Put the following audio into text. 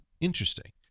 Interesting